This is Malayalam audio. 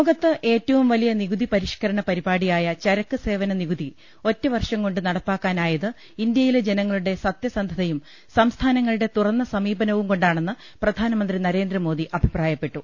ലോകത്ത് ഏറ്റവും വലിയ നികുതി പരിഷ്കരണ പരിപാടിയായ ചരക്ക് സേവന നികുതി ഒറ്റ വർഷം കൊണ്ട് നടപ്പാക്കാനായത് ഇന്ത്യയിലെ ജന ങ്ങളുടെ സത്യസന്ധതയും സംസ്ഥാനങ്ങളുടെ തുറന്ന സമീപനവുംകൊ ണ്ടാണെന്ന് പ്രധാനമന്ത്രി നരേന്ദ്രമോദി അഭിപ്രായപ്പെട്ടു